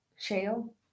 Shale